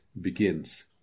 begins